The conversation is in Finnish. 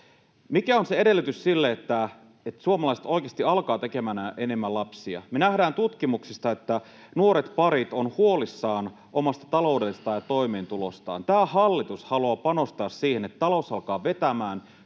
Mikä on se edellytys sille, että suomalaiset oikeasti alkavat tekemään enemmän lapsia? Me nähdään tutkimuksista, että nuoret parit ovat huolissaan omasta taloudestaan ja toimeentulostaan. Tämä hallitus haluaa panostaa siihen, että talous alkaa vetämään,